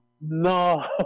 No